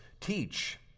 teach